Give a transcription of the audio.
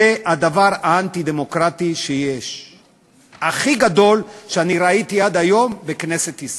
זה הדבר האנטי-דמוקרטי הכי גדול שאני ראיתי עד היום בכנסת ישראל.